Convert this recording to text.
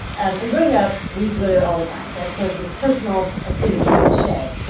um and growing up, we used to go there all the time, so i have sort of this personal affinity with the shedd.